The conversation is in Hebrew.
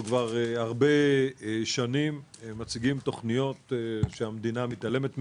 אנחנו כבר הרבה שנים מציגים תוכניות שהמדינה מתעלמת מהן,